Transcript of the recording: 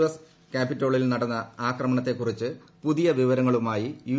S ക്യാപിറ്റോളിൽ നടന്ന ആക്രമണത്തെ ക്കുറിച്ച് പുതിയ വിവരങ്ങളുമായി യു